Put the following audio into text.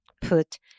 put